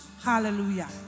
Hallelujah